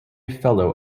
fellow